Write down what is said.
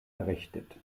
errichtet